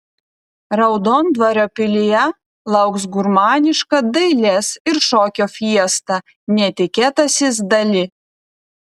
raudondvario pilyje lauks gurmaniška dailės ir šokio fiesta netikėtasis dali